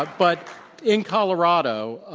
ah but in colorado,